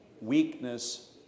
weakness